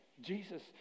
Jesus